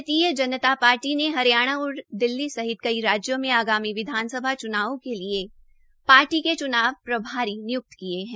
भारतीय जनता पार्टी ने हरियाणा और दिल्ली सहित कई राज्यों में आगामी विधानसभा चूनावों के लिये पार्टी के चूनाव प्रभारी निय्क्त किये है